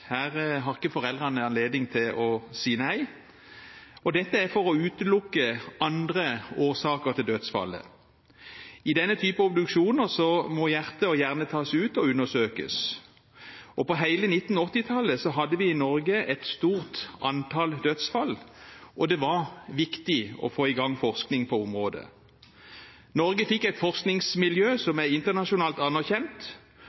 Her har ikke foreldrene anledning til å si nei. Dette er for å utelukke andre årsaker til dødsfallet. I denne typen obduksjoner må hjertet og hjernen tas ut og undersøkes. På hele 1980-tallet hadde vi i Norge et stort antall dødsfall, og det var viktig å få i gang forskning på området. Norge fikk et forskningsmiljø